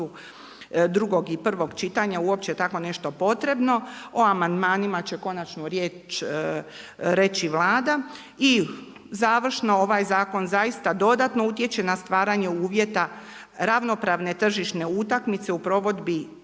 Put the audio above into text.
drugog i prvog čitanja uopće takvo nešto potrebno. O amandmanima će konačno riječ reći Vlada. I završno, ovaj zakon zaista dodatno utječe na stvaranje uvjeta ravnopravne tržišne utakmice u provedbi